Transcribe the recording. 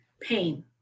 pain